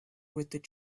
with